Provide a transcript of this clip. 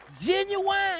Genuine